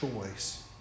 choice